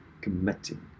Committing